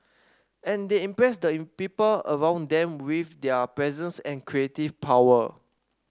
and they impress the people around them with their presence and creative power